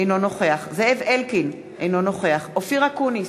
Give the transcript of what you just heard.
אינו נוכח זאב אלקין, אינו נוכח אופיר אקוניס,